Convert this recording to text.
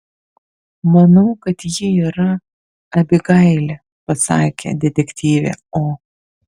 manau kad ji yra abigailė pasakė detektyvė o